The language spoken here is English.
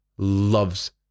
loves